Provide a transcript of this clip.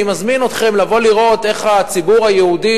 אני מזמין אתכם לבוא לראות איך הציבור היהודי,